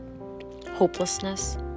Hopelessness